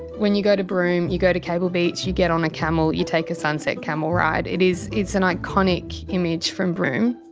when you go to broome, you go to cable beach, you get on a camel, you take a sunset camel ride. it is, it's an iconic image from broome.